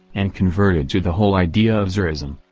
and converted to the whole idea of tsarism.